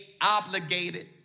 obligated